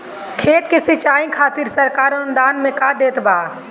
खेत के सिचाई खातिर सरकार अनुदान में का देत बा?